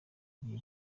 gihe